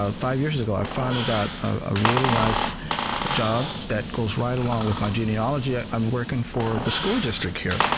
ah five years ago i finally got a really nice job that goes right along with my genealogy. i'm working for the school district here.